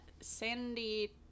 Sandy